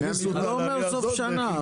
הכניסו אותה לעלייה הזאת.